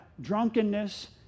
drunkenness